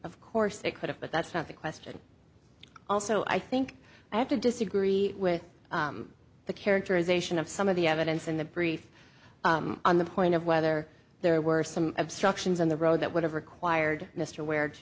of course it could have but that's not the question also i think i have to disagree with the characterization of some of the evidence in the brief on the point of whether there were some obstructions in the road that would have required mr ware to